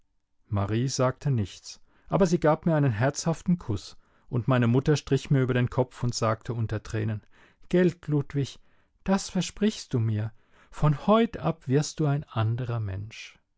marie sagte nichts aber sie gab mir einen herzhaften kuß und meine mutter strich mir über den kopf und sagte unter tränen gelt ludwig das versprichst du mir von heut ab wirst du ein anderer mensch